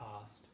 past